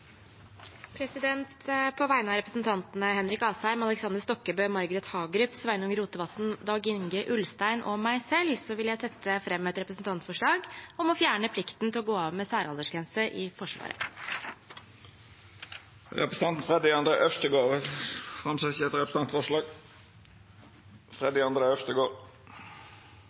På vegne av representantene Henrik Asheim, Aleksander Stokkebø, Margret Hagerup, Sveinung Rotevatn, Dag-Inge Ulstein og meg selv vil jeg framsette et representantforslag om å fjerne plikten til å gå av med særaldersgrense i Forsvaret. Representanten Freddy André Øvstegårs vil setja fram eit representantforslag.